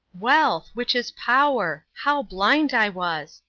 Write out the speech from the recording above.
wealth which is power! how blind i was!